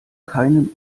keinen